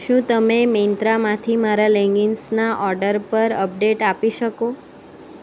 શું તમે મિન્ત્રામાંથી મારા લેગિંગ્સના ઓર્ડર પર અપડેટ આપી શકો